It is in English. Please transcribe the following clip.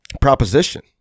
proposition